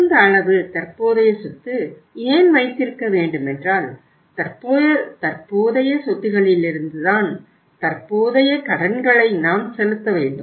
உகந்த அளவு தற்போதைய சொத்து ஏன் வைத்திருக்கவேண்டுமென்றால் தற்போதைய சொத்துகளிலிருந்து தான் தற்போதைய கடன்களை நாம் செலுத்த வேண்டும்